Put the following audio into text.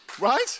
right